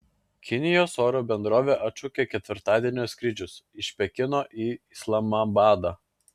kinijos oro bendrovė atšaukė ketvirtadienio skrydžius iš pekino į islamabadą